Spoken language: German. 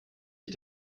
ich